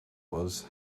was